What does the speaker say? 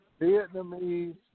Vietnamese